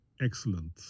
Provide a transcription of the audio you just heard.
excellent